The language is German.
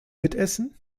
mitessen